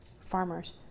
farmers